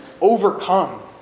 overcome